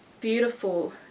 beautiful